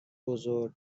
بزرگ